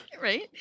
Right